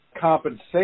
compensation